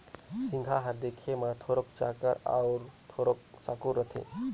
सिगहा हर देखे मे थोरोक चाकर अउ थोरोक साकुर रहथे